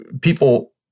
people